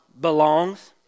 Belongs